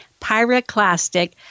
pyroclastic